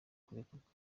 kurekurwa